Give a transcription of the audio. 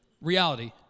reality